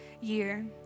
year